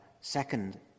second